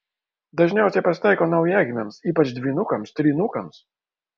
dažniausiai pasitaiko naujagimiams ypač dvynukams trynukams